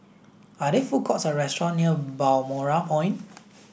are there food courts or restaurant near Balmoral Point